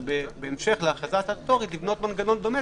בהמשך להחלטה הסטטוטורית לבנות מנגנון דומה